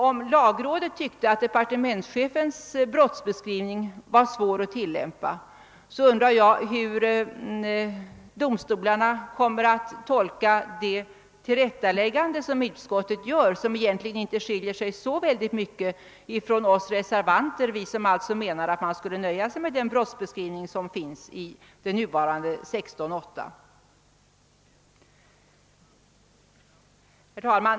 Om lagrådet tyckte att departementschefens brottsbeskrivning var svår att tillämpa, undrar jag hur domstolarna kommer att tolka det tillrättaläggande som utskottet gör. Det skiljer sig egentligen inte så mycket från vad vi reservanter menar, nämligen att man skulle kunna nöja sig med den gärningsbeskrivning som finns i nuvarande 16 kap. 8 §. Herr talman!